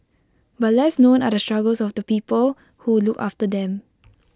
but less known are the struggles of the people who look after them